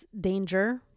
danger